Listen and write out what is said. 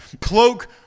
cloak